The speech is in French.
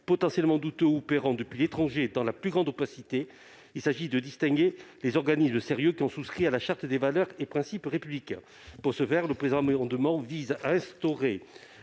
potentiellement douteux ou opérant depuis l'étranger dans la plus grande opacité, il faut distinguer les organismes sérieux, qui ont souscrit à la charte des valeurs et principes républicains, des autres. Pour ce faire, le présent amendement vise à instaurer